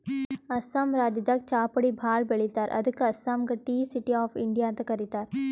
ಅಸ್ಸಾಂ ರಾಜ್ಯದಾಗ್ ಚಾಪುಡಿ ಭಾಳ್ ಬೆಳಿತಾರ್ ಅದಕ್ಕ್ ಅಸ್ಸಾಂಗ್ ಟೀ ಸಿಟಿ ಆಫ್ ಇಂಡಿಯಾ ಅಂತ್ ಕರಿತಾರ್